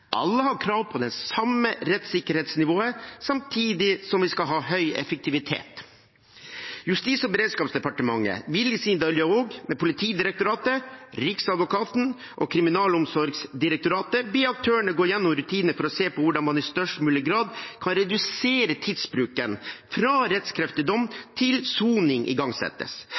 Alle har krav på det samme rettssikkerhetsnivået, samtidig som vi skal ha høy effektivitet. Justis- og beredskapsdepartementet vil i sin dialog med Politidirektoratet, Riksadvokaten og Kriminalomsorgsdirektoratet be aktørene gå gjennom rutinene for å se på hvordan man i størst mulig grad kan redusere tidsbruken fra rettskraftig dom til soning igangsettes.